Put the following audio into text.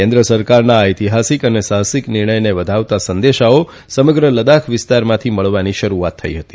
કેન્દ્ર સરકારના આ ઐતિહાસીક અને સાહસિક નિર્ણયને વધાવતા સંદેશાઓ સમગ્ર લદ્દાખ વિસ્તારમાંથી મળવાની શરૂઆત થઇ હતી